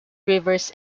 rivers